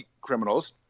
criminals –